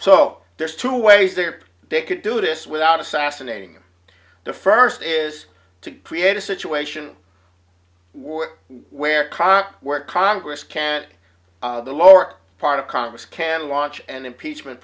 so there's two ways there they could do this without assassinating them the first is to create a situation where where congress can't the lower part of congress can launch an impeachment